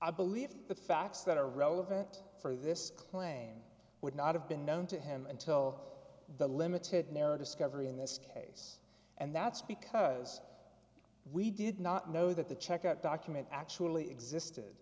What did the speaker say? i believe the facts that are relevant for this claim would not have been known to him until the limited narrow discovery in this case and that's because we did not know that the check out document actually existe